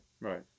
right